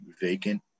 vacant